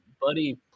Buddy